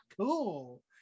cool